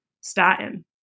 statin